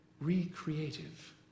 recreative